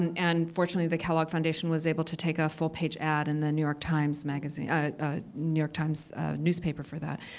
and fortunately, the kellogg foundation was able to take a full page ad in and the new york times magazine new york times newspaper for that.